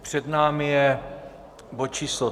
Před námi je bod číslo